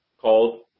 called